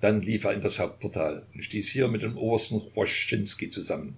dann lief er in das hauptportal und stieß hier mit dem obersten chwoschtschinskij zusammen